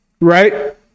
right